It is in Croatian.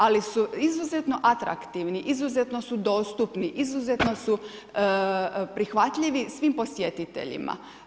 Ali, su izuzetno atraktivni, izuzetno su dostupni, izuzetno su prihvatljivi svim posjetiteljima.